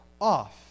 off